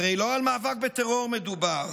הרי לא על מאבק בטרור מדובר.